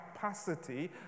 Capacity